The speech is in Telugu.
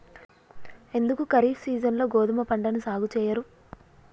ఎందుకు ఖరీఫ్ సీజన్లో గోధుమ పంటను సాగు చెయ్యరు?